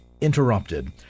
Interrupted